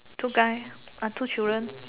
two guy ah two children